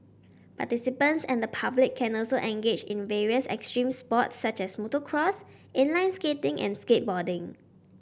participants and the public can also engage in various extreme sports such as motocross inline skating and skateboarding